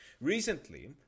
Recently